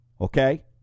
okay